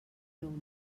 veu